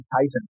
Tyson